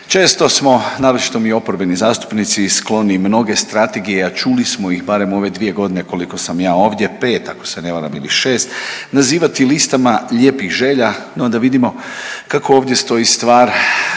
često smo, naročito mi oporbeni zastupnici skloni mnoge strategije, a čuli smo ih barem u ove dvije godine koliko sam ja ovdje pet ako se ne varam ili šest nazivati listama lijepih želja, no da vidimo kako ovdje stoji stvar,